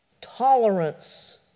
Tolerance